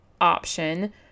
option